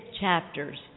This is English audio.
chapters